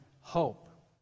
hope